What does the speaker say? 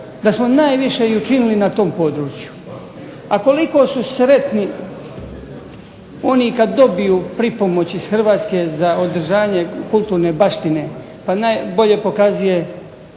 da smo najviše i učinili na tom području. A koliko su sretni oni kad dobiju pripomoć iz Hrvatske za održanje kulturne baštine, pa najbolje pokazuje